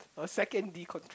a second decont~